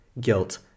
guilt